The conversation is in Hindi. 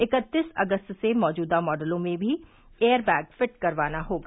इकत्तीस अगस्त से मौजूदा मॉडलों में भी एयरबैग फिट करवाना होगा